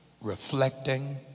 reflecting